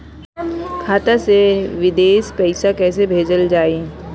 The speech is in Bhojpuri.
खाता से विदेश पैसा कैसे भेजल जाई?